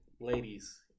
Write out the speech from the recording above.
Ladies